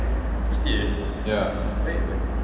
ya